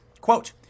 Quote